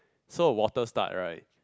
so water start right